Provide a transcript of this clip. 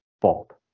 fault